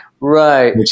Right